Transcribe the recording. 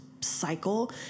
cycle